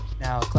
Now